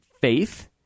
faith